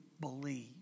believe